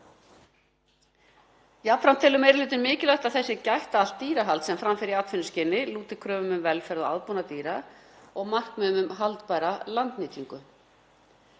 Jafnframt telur meiri hlutinn mikilvægt að þess sé gætt að allt dýrahald sem fram fer í atvinnuskyni lúti kröfum um velferð og aðbúnað dýra og markmiðum um haldbæra landnýtingu.